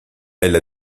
elle